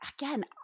Again